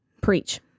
Preach